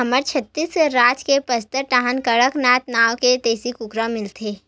हमर छत्तीसगढ़ राज के बस्तर डाहर कड़कनाथ नाँव के देसी कुकरा मिलथे